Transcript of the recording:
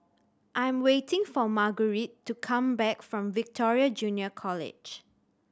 I am waiting for Margurite to come back from Victoria Junior College